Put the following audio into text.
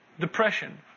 depression